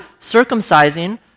circumcising